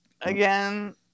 again